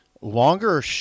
Longer